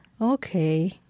okay